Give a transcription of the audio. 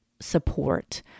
support